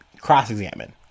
cross-examine